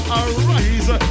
arise